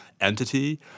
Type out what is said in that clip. entity